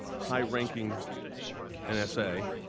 high-ranking and essay,